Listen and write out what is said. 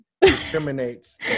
discriminates